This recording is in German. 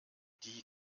die